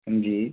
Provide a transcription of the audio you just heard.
हां जी